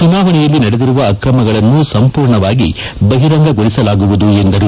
ಚುನಾವಣೆಯಲ್ಲಿ ನಡೆದಿರುವ ಅಕ್ರಮಗಳನ್ನು ಸಂಪೂರ್ಣವಾಗಿ ಬಹಿರಂಗಗೊಳಿಸಲಾಗುವುದು ಎಂದರು